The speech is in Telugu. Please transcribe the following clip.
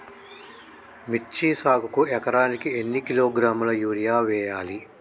మిర్చి సాగుకు ఎకరానికి ఎన్ని కిలోగ్రాముల యూరియా వేయాలి?